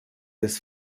des